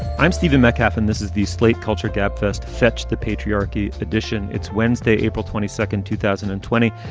i'm stephen metcalf and this is the slate culture gabfest. fetch the patriarchy edition. it's wednesday, april twenty second, two thousand and twenty.